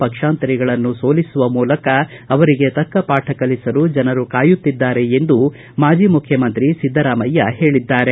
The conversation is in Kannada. ಪಕ್ಷಾಂತರಿಗಳನ್ನು ಸೋಲಿಸುವ ಮೂಲಕ ಅವರಿಗೆ ತಕ್ಕ ಪಾಠ ಕಲಿಸಲು ಜನರು ಕಾಯುತ್ತಿದ್ದಾರೆ ಎಂದು ಮಾಜಿ ಮುಖ್ಯಮಂತ್ರಿ ಸಿದ್ದರಾಮಯ್ನ ಹೇಳಿದ್ದಾರೆ